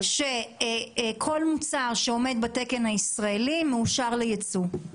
שכל מוצר שעומד בתקן הישראלי מאושר לייצוא.